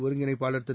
ஒருங்கிணைப்பாளர் திரு